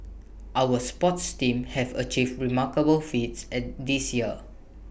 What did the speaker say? our sports teams have achieved remarkable feats and this year